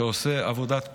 שעושה עבודת קודש,